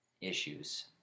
issues